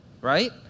right